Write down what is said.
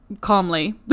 calmly